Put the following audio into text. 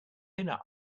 enough